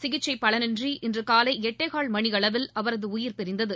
சிகிச்சை பலனின்றி இன்று காலை எட்டேகால் மணி அளவில் அவரது உயிர் பிரிந்தது